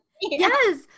Yes